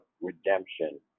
redemption